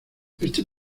este